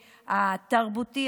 התרבותי,